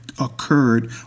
occurred